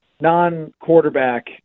non-quarterback